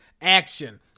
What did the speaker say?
action